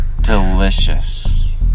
delicious